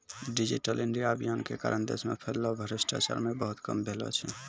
digital India अभियान के कारण देश मे फैल्लो भ्रष्टाचार भी बहुते कम भेलो छै